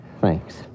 Thanks